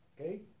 okay